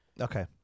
Okay